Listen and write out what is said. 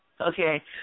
Okay